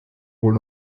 wohl